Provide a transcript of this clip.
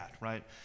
right